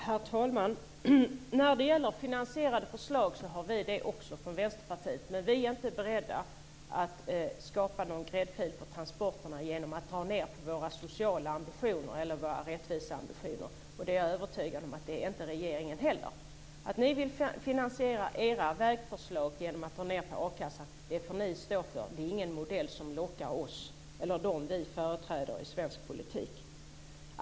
Herr talman! Vi har också finansierade förslag, men vi är inte beredda att skapa en gräddfil för transporterna genom att dra ned på våra sociala ambitioner eller våra rättviseambitioner. Det är jag övertygad om att regeringen inte heller är. Att ni vill finansiera era vägförslag genom att dra ned på a-kassan, får ni stå för. Det är ingen modell som lockar oss eller dem vi företräder i svensk politik.